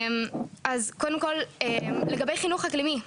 קודם כול לגבי חינוך אקלימי.